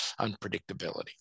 unpredictability